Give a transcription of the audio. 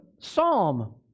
Psalm